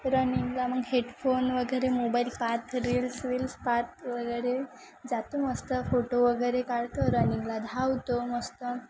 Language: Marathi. रनिंगला मग हेडफोन वगैरे मोबाईल पाहात रील्स वील्स पाहात वगैरे जातो मस्त फोटो वगैरे काढतो रनिंगला धावतो मस्त